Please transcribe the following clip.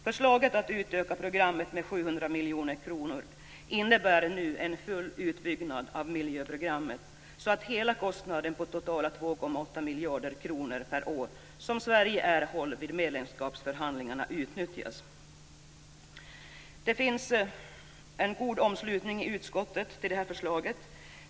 Förslaget att utöka programmet med 700 miljoner kronor innebär en full utbyggnad av miljöprogrammet så att hela den kostnad på totalt 2,8 miljarder kronor per år som Det finns en god uppslutning i utskottet kring det här förslaget.